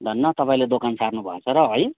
धन्न तपाईँले दोकान सार्नु भएछ र है